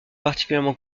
particulièrement